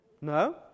No